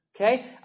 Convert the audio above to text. Okay